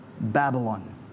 Babylon